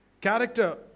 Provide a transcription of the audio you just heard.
Character